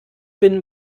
bin